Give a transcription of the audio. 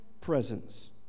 presence